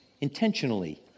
intentionally